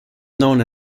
known